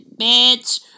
bitch